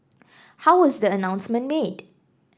how was the announcement made